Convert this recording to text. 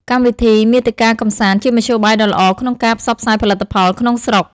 កម្មវិធី មាតិកាកម្សាន្តជាមធ្យោបាយដ៏ល្អក្នុងការ ផ្សព្វផ្សាយផលិតផល ក្នុងស្រុក។